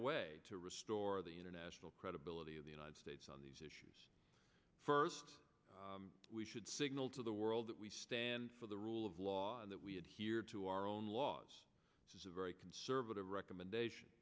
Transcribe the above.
away to restore the international credibility of the united states on these issues first we should signal to the world that we stand for the rule of law and that we have here to our own laws is a very conservative recommendation